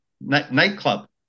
nightclub